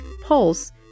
Pulse